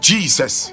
Jesus